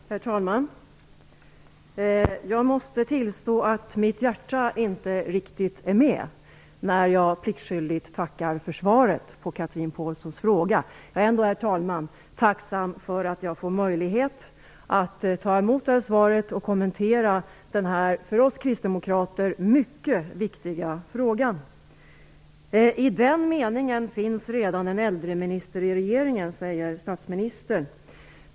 Herr talman! Jag måste tillstå att mitt hjärta inte riktigt är med när jag pliktskyldigt tackar för svaret på Jag är ändå, herr talman, tacksam för att jag får möjlighet att ta emot det här svaret och kommentera den här för oss kristdemokrater mycket viktiga frågan. I den meningen finns redan en äldreminister i regeringen, säger statsministern.